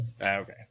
Okay